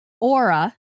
aura